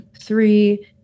three